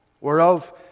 whereof